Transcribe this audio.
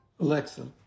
Alexa